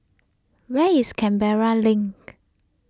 where is Canberra Link